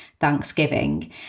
Thanksgiving